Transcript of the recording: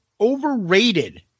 overrated